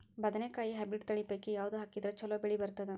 ಬದನೆಕಾಯಿ ಹೈಬ್ರಿಡ್ ತಳಿ ಪೈಕಿ ಯಾವದು ಹಾಕಿದರ ಚಲೋ ಬೆಳಿ ಬರತದ?